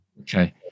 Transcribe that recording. Okay